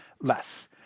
less